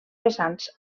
vessants